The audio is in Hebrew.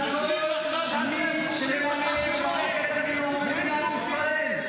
כל מי שמלמד במערכת החינוך במדינת ישראל.